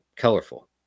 colorful